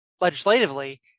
legislatively